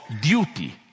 duty